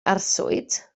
arswyd